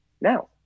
now